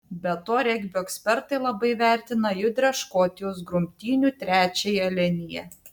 be to regbio ekspertai labai vertina judrią škotijos grumtynių trečiąją liniją